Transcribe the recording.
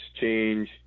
change